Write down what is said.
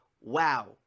wow